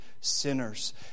sinners